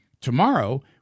Tomorrow